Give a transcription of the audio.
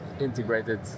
integrated